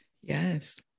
yes